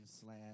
Slam